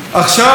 עכשיו,